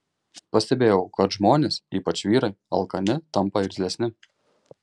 pastebėjau kad žmonės ypač vyrai alkani tampa irzlesni